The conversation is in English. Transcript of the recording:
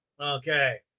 okay